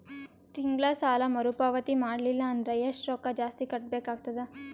ತಿಂಗಳ ಸಾಲಾ ಮರು ಪಾವತಿ ಮಾಡಲಿಲ್ಲ ಅಂದರ ಎಷ್ಟ ರೊಕ್ಕ ಜಾಸ್ತಿ ಕಟ್ಟಬೇಕಾಗತದ?